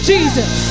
Jesus